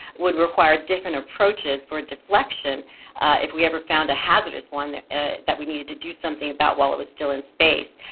would require different approaches for deflection if we ever found a hazardous one that that we needed to so something about while it was still in space.